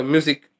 Music